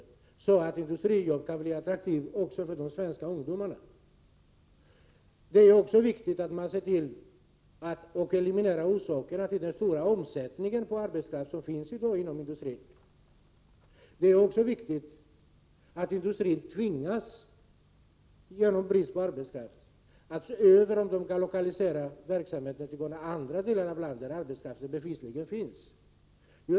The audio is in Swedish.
Det gäller ju att göra industrijobb attraktiva också för svenska ungdomar. Det är även viktigt att eliminera orsakerna till den stora omsättningen på arbetskraft inom industrin i dag. Dessutom är det viktigt att industrin, till följd av bristen på arbetskraft, tvingas undersöka om verksamhet kan lokaliseras till andra delar av landet där det bevisligen finns arbetskraft.